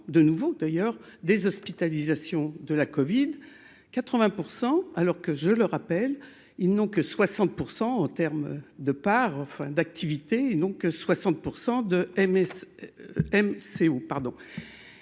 de nouveau d'ailleurs des hospitalisations de la Covid 80 % alors que je le rappelle, ils n'ont que 60 % en termes de parts fin d'activité, donc 60 % de MS,